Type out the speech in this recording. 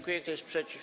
Kto jest przeciw?